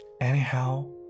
Anyhow